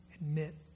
admit